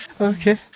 Okay